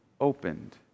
opened